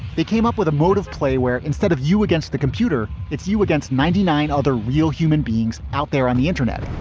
they came up with a mode of play where instead of you against the computer, it's you against ninety nine other real human beings out there on the internet.